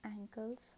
Ankles